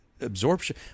absorption